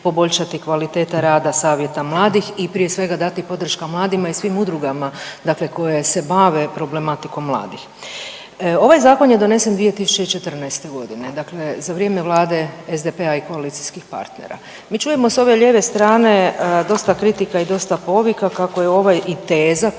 poboljšati kvaliteta rada Savjeta mladih i prije svega dati podrška mladima i svim udrugama, dakle koje se bave problematikom mladih. Ovaj zakon je donesen 2014. godine, dakle za vrijeme Vlade SDP-a i koalicijskih partnera. Mi čujemo sa ove lijeve strane dosta kritika i dosta povika kako je i ova teza koja se